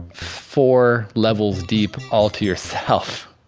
four levels deep, all to yourself.